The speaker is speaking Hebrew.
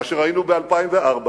מה שראינו ב-2004,